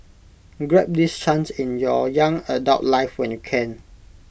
grab this chance in your young adult life when you can